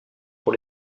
pour